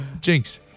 Jinx